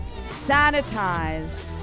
sanitized